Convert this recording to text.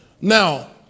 Now